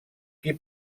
qui